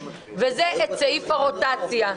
וזה סעיף הרוטציה.